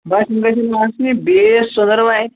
بس یِمہٕ گژھن واتنہِ بیٚیِس ژٔنٛدٕروارِ